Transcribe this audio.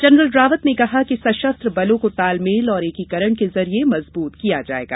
general Rawat ने कहा कि सशस्त्र बलों को तालमेल और एकीकरण के ज़रिये मज़बूत किया जाएगा